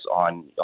on